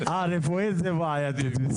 בעייתי.